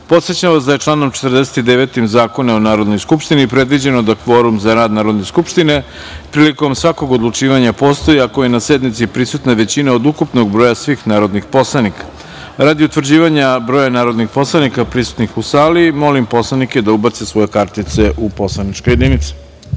vas da je članom 49. Zakona o Narodnoj skupštini predviđeno da kvorum za rad Narodne skupštine prilikom svakog odlučivanja postoji ako je na sednici prisutna većina od ukupnog broja svih narodnih poslanika. Radi utvrđivanja broja narodnih poslanika prisutnih u sali, molim poslanike da ubace svoje identifikacione kartice